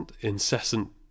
incessant